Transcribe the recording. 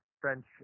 French